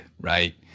right